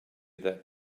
that